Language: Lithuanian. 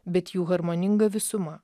bet jų harmoninga visuma